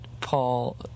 Paul